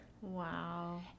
Wow